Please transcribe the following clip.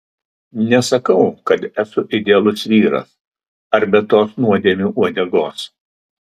nesakau kad esu idealus vyras ar be tos nuodėmių uodegos